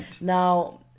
now